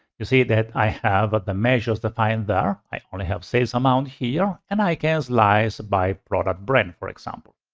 you see that i have the measures defined there. i only have sales amount here and i can slice by product brand, for example.